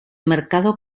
mercado